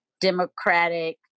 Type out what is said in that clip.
democratic